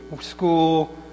school